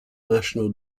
national